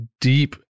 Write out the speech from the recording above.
deep